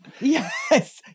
Yes